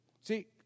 See